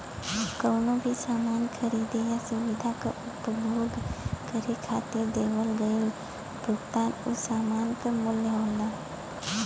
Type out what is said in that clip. कउनो भी सामान खरीदे या सुविधा क उपभोग करे खातिर देवल गइल भुगतान उ सामान क मूल्य होला